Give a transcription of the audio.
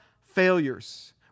failures